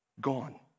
gone